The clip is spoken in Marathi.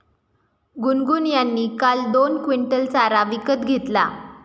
गुनगुन यांनी काल दोन क्विंटल चारा विकत घेतला